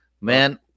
man